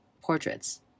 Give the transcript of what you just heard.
portraits